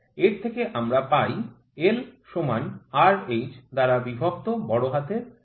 এর থেকে আমরা পাই l সমান R h দ্বারা বিভক্ত বড় হাতের L